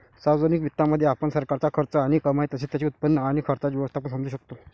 सार्वजनिक वित्तामध्ये, आपण सरकारचा खर्च आणि कमाई तसेच त्याचे उत्पन्न आणि खर्चाचे व्यवस्थापन समजू शकतो